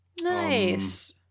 Nice